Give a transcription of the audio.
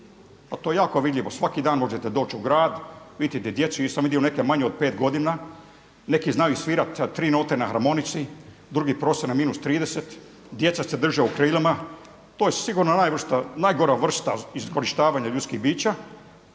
A to je jako vidljivo. Svaki dan možete doći u grad, vidjeti djecu, … vidio neke manje od pet godina, neki znaju svirati sa tri note na harmonici, drugi prose na -30, djeca se drže u krilu. To je sigurno najgora vrsta iskorištavanja ljudskih bića.